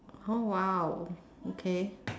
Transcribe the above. oh !wow! okay